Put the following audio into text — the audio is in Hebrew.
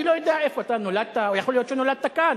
אני לא יודע איפה אתה נולדת או יכול להיות שנולדת כאן.